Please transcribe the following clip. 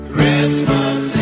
Christmas